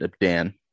Dan